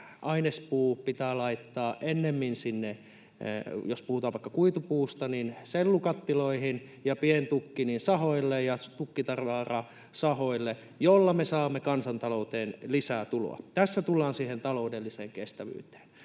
vaikka kuitupuusta — sellukattiloihin ja pientukki sahoille ja tukkitavara sahoille, millä me saamme kansantalouteen lisää tuloa. Tässä tullaan siihen taloudelliseen kestävyyteen.